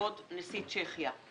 לכבוד נשיא צ'כיה."